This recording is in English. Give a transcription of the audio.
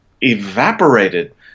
evaporated